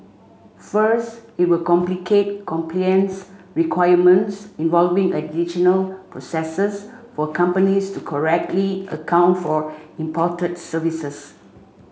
first it will complicate compliance requirements involving additional processes for companies to correctly account for imported services